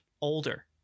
older